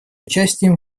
участием